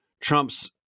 Trump's